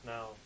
Now